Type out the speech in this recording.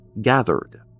gathered